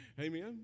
amen